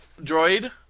Droid